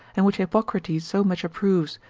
and which hippocrates so much approves,